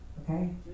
okay